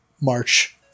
March